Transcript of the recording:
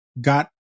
got